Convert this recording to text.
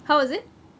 how was it